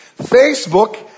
Facebook